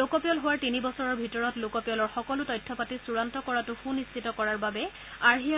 লোকপিয়ল হোৱাৰ তিনিবছৰৰ ভিতৰত লোকপিয়লৰ সকলো তথ্যপাতি চূড়ান্ত কৰাটো সূনিশ্চিত কৰাৰ বাবে আৰ্হি